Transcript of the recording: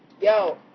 Yo